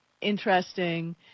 interesting